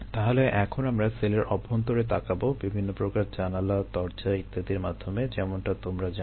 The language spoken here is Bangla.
তাহলে এখন আমরা সেলের অভ্যন্তরে তাকাবো বিভিন্ন প্রকার জানালা দরজা ইত্যাদির মাধ্যমে যেমনটা তোমরা জানো